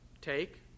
take